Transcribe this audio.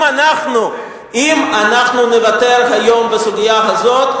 אם אנחנו נוותר היום בסוגיה הזאת,